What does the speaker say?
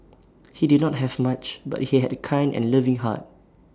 he did not have much but he had A kind and loving heart